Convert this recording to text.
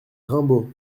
raimbault